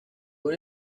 una